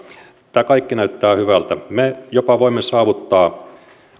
tämä kaikki näyttää hyvältä me jopa voimme saavuttaa